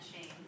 shame